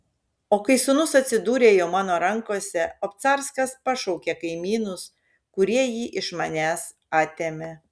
o kai sūnus atsidūrė jau mano rankose obcarskas pašaukė kaimynus kurie jį iš manęs atėmė